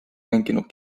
mänginud